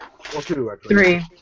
Three